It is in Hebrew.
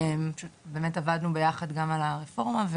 באמת עבדנו ביחד גם על הרפורמה.